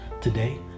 Today